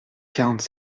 quarante